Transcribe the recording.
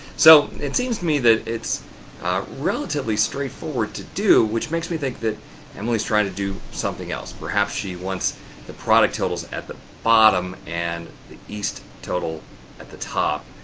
so, it seems to me that it's relatively straightforward to do which makes me think that amelie's trying to do something else. perhaps she wants the product totals at the bottom and the east total at the top,